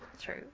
True